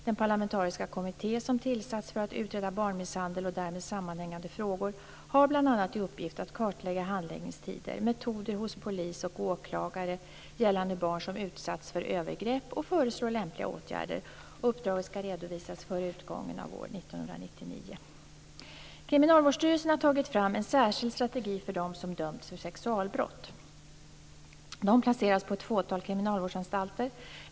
Den parlamentariska kommitté som tillsatts för att utreda barnmisshandel och därmed sammanhängande frågor har bl.a. i uppgift att kartlägga handläggningstider och metoder hos polis och åklagare gällande barn som utsatts för övergrepp och att föreslå lämpliga åtgärder. Uppdraget skall redovisas före utgången av år 1999. 2. Kriminalvårdsstyrelsen har tagit fram en särskild strategi för dem som döms för sexualbrott. De placeras på ett fåtal kriminalvårdsanstalter.